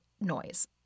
noise